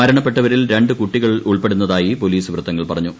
മരണപ്പെട്ടവരിൽ രണ്ട് കുട്ടികൾ ഉൾപ്പെടുന്നതായി പോലീസ് വൃത്തങ്ങൾ പറഞ്ഞു